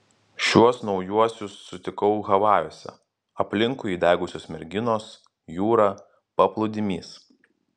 šiuos naujuosius sutikau havajuose aplinkui įdegusios merginos jūra paplūdimys